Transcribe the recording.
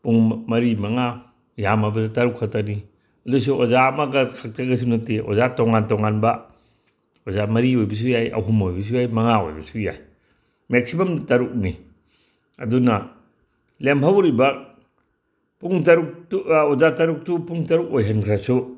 ꯄꯨꯡ ꯃꯔꯤ ꯃꯉꯥ ꯌꯥꯝꯃꯕꯗ ꯇꯔꯨꯛ ꯈꯛꯇꯅꯤ ꯑꯗꯨꯁꯨ ꯑꯣꯖꯥ ꯑꯃꯒ ꯈꯛꯇꯒꯁꯨ ꯅꯠꯇꯦ ꯑꯣꯖꯥ ꯇꯣꯉꯥꯟ ꯇꯣꯉꯥꯟꯕ ꯑꯣꯖꯥ ꯃꯔꯤ ꯑꯣꯏꯕꯁꯨ ꯌꯥꯏ ꯑꯍꯨꯝ ꯑꯣꯏꯕꯁꯨ ꯃꯉꯥ ꯑꯣꯏꯕꯁꯨ ꯌꯥꯏ ꯃꯦꯛꯁꯤꯃꯝ ꯇꯔꯨꯛꯅꯤ ꯑꯗꯨꯅ ꯂꯦꯝꯍꯧꯔꯤꯕ ꯄꯨꯡ ꯇꯔꯨꯛꯇꯨ ꯑꯣꯖꯥ ꯇꯔꯨꯛꯇꯨ ꯄꯨꯡ ꯇꯔꯨꯛ ꯑꯣꯏꯍꯟꯈ꯭ꯔꯁꯨ